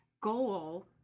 goal